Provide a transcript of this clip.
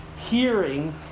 hearing